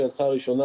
לשאלתך הראשונה,